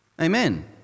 Amen